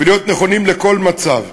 ולהיות נכונים לכל מצב,